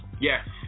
Yes